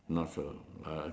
not sure uh